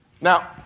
Now